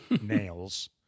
Nails